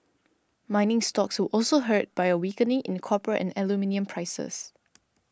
mining stocks were also hurt by a weakening in copper and aluminium prices